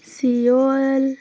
Seoul